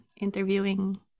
interviewing